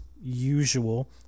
usual